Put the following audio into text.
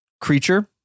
creature